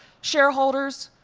shareholders,